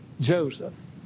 Joseph